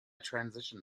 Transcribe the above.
transition